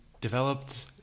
developed